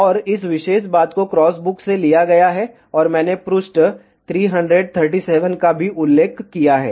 और इस विशेष बात को क्रॉस बुक से लिया गया है और मैंने पृष्ठ 337 का भी उल्लेख किया है